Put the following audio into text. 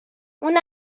اون